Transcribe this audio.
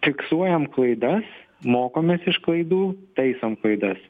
fiksuojam klaidas mokomės iš klaidų taisom klaidas